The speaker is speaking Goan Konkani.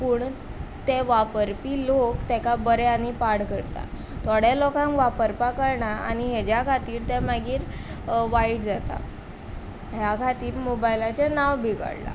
पूण ते वापरपी लोक ताका बरो आनी पाड करता थोड्या लोकांक वापरपाक कळना आनी हेच्या खातीर ते मागीर वायट जाता ह्या खातीर मोबायलाचें नांव बिगाडलां